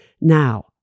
Now